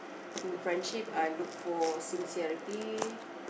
in friendship I look for sincerity